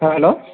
ହଁ ହ୍ୟାଲୋ